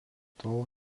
tol